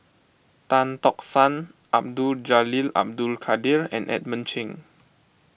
Tan Tock San Abdul Jalil Abdul Kadir and Edmund Cheng